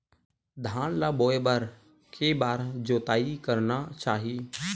धान ल बोए बर के बार जोताई करना चाही?